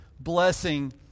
blessing